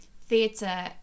theatre